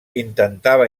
intentava